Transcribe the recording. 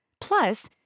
Plus